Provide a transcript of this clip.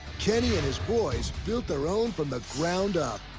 kenny and his boys built their own from the ground up,